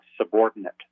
subordinate